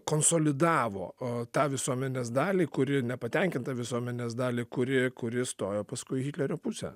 konsolidavo tą visuomenės dalį kuri nepatenkintą visuomenės dalį kuri kuri stojo paskui hitlerio pusėn